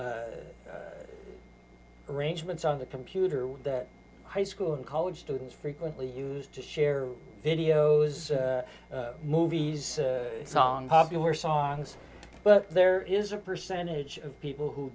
arrangements on the computer that high school and college students frequently use to share videos movies song popular songs but there is a percentage of people who